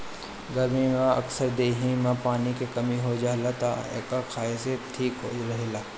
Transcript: गरमी में अक्सर देहि में पानी के कमी हो जाला तअ एके खाए से देहि ठीक रहेला